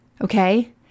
Okay